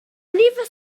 never